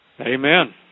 Amen